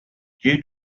due